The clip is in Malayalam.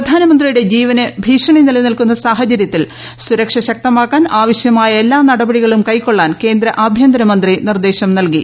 പ്രധാനമന്ത്രിയുടെ ജീവന് ഭീഷണി നിലനിൽക്കുന്ന സാഹചര്യത്തിൽ സുരക്ഷ ശക്തമാക്കാൻ ആവശ്യമായ എല്ലാ നടപടികളും കൈക്കൊളളാൻ കേന്ദ്ര ആഭ്യന്തരമന്ത്രി നിർദ്ദേശം നൽകി